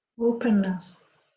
openness